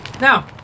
now